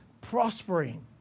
prospering